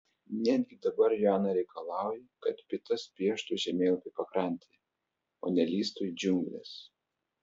netgi dabar joana reikalauja kad pitas pieštų žemėlapį pakrantėje o ne lįstų į džiungles